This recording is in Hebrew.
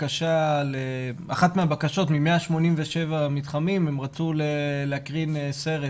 אחת מ-187 הבקשות למתחמים, הם רצו להקרין סרט